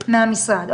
מהמשרד.